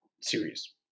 series